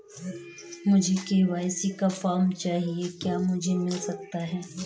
मुझे के.वाई.सी का फॉर्म चाहिए क्या मुझे मिल सकता है?